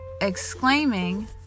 exclaiming